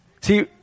See